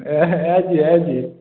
AG AG